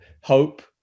hope